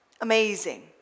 Amazing